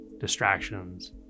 distractions